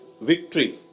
victory